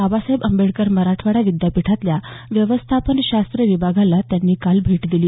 बाबासाहेब आंबेडकर मराठवाडा विद्यापीठातल्या व्यवस्थापनशास्त्र विभागाला त्यांनी काल भेट दिली